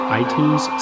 iTunes